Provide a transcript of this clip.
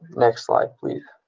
next slide, please.